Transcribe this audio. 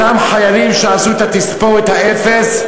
אותם חיילים שעשו את תספורת האפס,